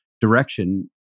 direction